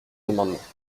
amendements